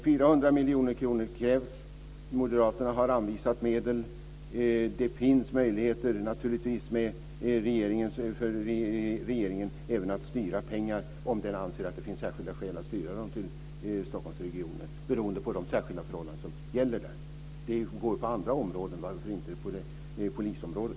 400 miljoner kronor krävs. Moderaterna har anvisat medel. Det finns naturligtvis möjligheter för regeringen även att styra pengar, om den anser att det finns särskilda skäl, och att styra dem till Stockholmsregionen, beroende på de särskilda förhållanden som gäller här. Det går på andra områden, så varför inte på polisområdet?